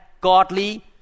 godly